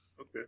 Okay